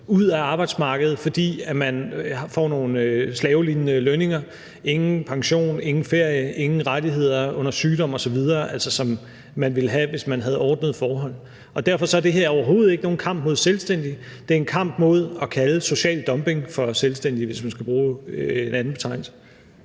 ud af arbejdsmarkedet, fordi man får nogle slavelignende lønninger, ingen pension, ingen ferie, ingen rettigheder under sygdom osv. – altså som man ville have, hvis man havde ordnede forhold. Og derfor er det her overhovedet ikke nogen kamp mod selvstændige. Det er en kamp mod at kalde social dumping for selvstændighed – hvis man skal bruge en anden betegnelse.